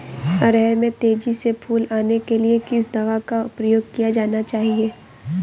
अरहर में तेजी से फूल आने के लिए किस दवा का प्रयोग किया जाना चाहिए?